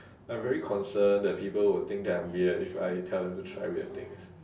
I'm very concerned that people would think that I'm weird if I tell them to try weird things